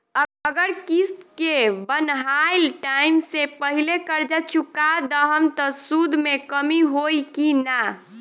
अगर किश्त के बनहाएल टाइम से पहिले कर्जा चुका दहम त सूद मे कमी होई की ना?